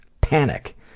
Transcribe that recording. panic